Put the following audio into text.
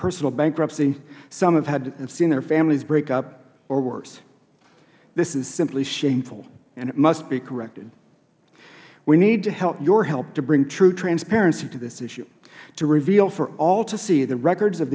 personal bankruptcy some have seen their families break up or worse this is simply shameful and it must be corrected we need help your help to bring true transparency to this issue to reveal for all to see the records of